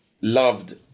loved